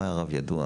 הוא היה רב ידוע